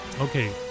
Okay